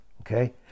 okay